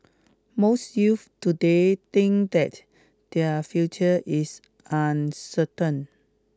most youths today think that their future is uncertain